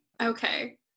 Okay